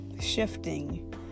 shifting